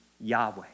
Yahweh